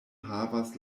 havas